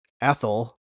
Ethel